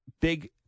big